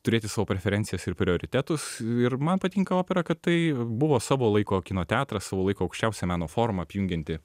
turėti savo preferencijas ir prioritetus ir man patinka opera kad tai buvo savo laiko kino teatras savo laiko aukščiausia meno forma apjungianti